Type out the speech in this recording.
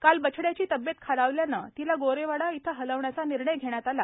काल बछड़याची तब्येत खालावल्याने तिला गोरेवाडा येथे हलवण्याचा निर्णय घेण्यात आला